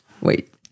wait